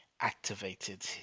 activated